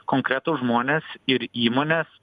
konkretūs žmonės ir įmonės